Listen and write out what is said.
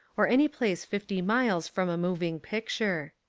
or any place fifty miles from a moving picture.